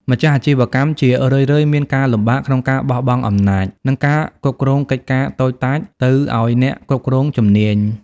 ម្ចាស់អាជីវកម្មជារឿយៗមានការលំបាកក្នុងការបោះបង់អំណាច និងការគ្រប់គ្រងកិច្ចការតូចតាច ទៅឱ្យអ្នកគ្រប់គ្រងជំនាញ។